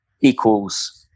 Equals